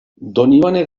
donibane